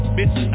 Bitch